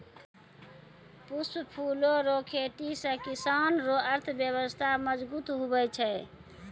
पुष्प फूलो रो खेती से किसान रो अर्थव्यबस्था मजगुत हुवै छै